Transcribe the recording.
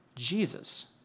Jesus